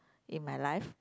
in my life